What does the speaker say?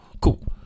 cool